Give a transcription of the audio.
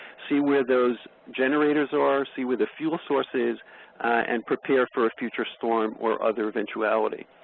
see where those generators are, see where the fuel source is and prepare for a future storm or other eventuality.